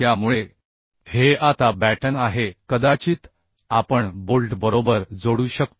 त्यामुळे हे आता बॅटन आहे कदाचित आपण बोल्ट बरोबर जोडू शकतो